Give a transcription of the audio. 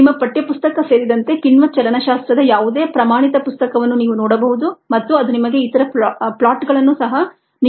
ನಿಮ್ಮ ಪಠ್ಯ ಪುಸ್ತಕ ಸೇರಿದಂತೆ ಕಿಣ್ವ ಚಲನಶಾಸ್ತ್ರದ ಯಾವುದೇ ಪ್ರಮಾಣಿತ ಪುಸ್ತಕವನ್ನು ನೀವು ನೋಡಬಹುದು ಮತ್ತು ಅದು ನಿಮಗೆ ಇತರ ಪ್ಲಾಟ್ಗಳನ್ನು ಸಹ ನೀಡುತ್ತದೆ